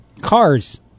Cars